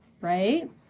right